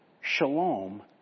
shalom